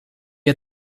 wir